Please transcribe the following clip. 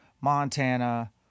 Montana